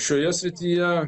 šioje srityje